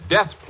Death